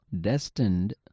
destined